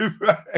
Right